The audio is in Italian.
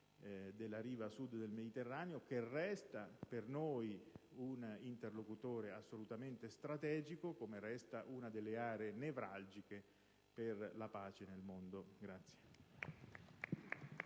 della riva Sud del Mediterraneo, che resta per noi un interlocutore assolutamente strategico ed è una delle aree nevralgiche per la pace nel mondo.